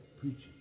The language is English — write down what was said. preaching